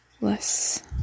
less